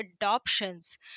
adoptions